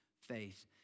faith